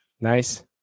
Nice